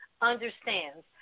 understands